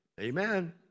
Amen